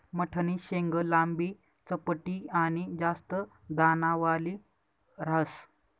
मठनी शेंग लांबी, चपटी आनी जास्त दानावाली ह्रास